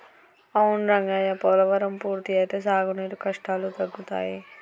అవును రంగయ్య పోలవరం పూర్తి అయితే సాగునీరు కష్టాలు తగ్గుతాయి